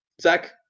zach